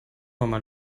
immer